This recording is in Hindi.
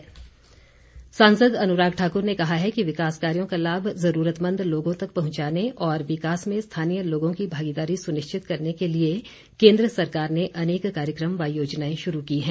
अनुराग सांसद अनुराग ठाकुर ने कहा है कि विकास कार्यो का लाभ जरूरतमंद लोगों तक पहुंचाने और विकास में स्थानीय लोगों की भागीदारी सुनिश्चित करने के लिए केंद्र सरकार ने अनेक कार्यक्रम व योजनाएं शुरू की है